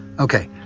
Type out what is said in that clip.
okay.